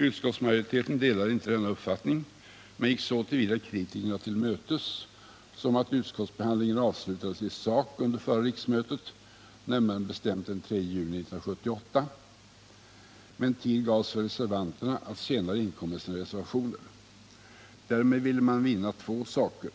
Utskottsmajoriteten delade inte denna uppfattning men gick så till vida kritikerna till mötes att utskottsbehandlingen avslutades i sak under förra riksmötet, närmare bestämt den 3 juni 1978; tid gavs emellertid för reservanterna att senare inkomma med sina reservationer. Därmed ville man vinna två saker.